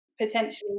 potentially